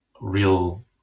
real